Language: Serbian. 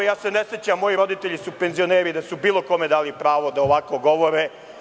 Ja se ne sećam, moji roditelji su penzioneri, da su bilo kome dali pravo da ovako govori.